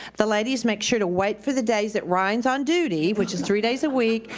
the ladies make sure to wait for the days that ryan's on duty, which is three days a week,